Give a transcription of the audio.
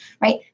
right